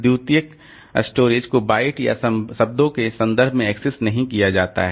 द्वितीयक स्टोरेज को बाइट या शब्दों के संदर्भ में एक्सेस नहीं किया जाता है